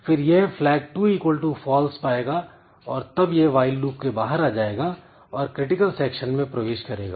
फिर यह flag2 false पाएगा और तब यह while लूप के बाहर आ जाएगा और क्रिटिकल सेक्शन में प्रवेश करेगा